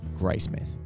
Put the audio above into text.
Graysmith